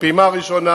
הפעימה הראשונה